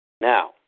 Now